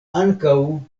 ankaŭ